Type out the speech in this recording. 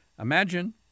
Imagine